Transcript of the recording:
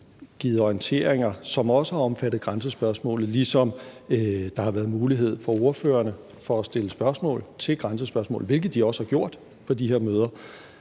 givet orienteringer, som også har omfattet grænsespørgsmålet, ligesom der har været mulighed for ordførerne for at stille spørgsmål om grænsespørgsmålet, hvilket de også har gjort, på de her møder.